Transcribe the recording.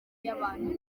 y’abantu